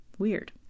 weird